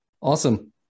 Awesome